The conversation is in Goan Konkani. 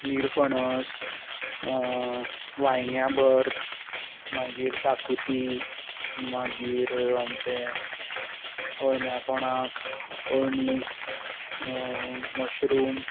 निरफणस वायग्यां भर्त मागीर शाकुती मागीर आमचें अळम्या तोणाक अळमी मशरूम